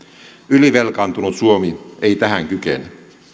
ylivelkaantunut suomi ei tähän kykene